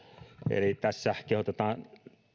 tässä kehotetaan